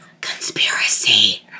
Conspiracy